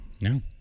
No